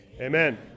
Amen